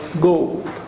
gold